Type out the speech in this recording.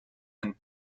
and